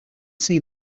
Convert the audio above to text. see